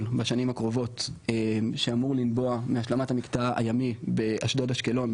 בשנים הקרובות שאמור לנבוע מהשלמת המקטע הימי באשדוד-אשקלון.